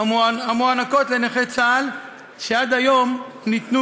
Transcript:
המוענקות לנכי צה"ל שעד היום ניתנו